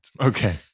Okay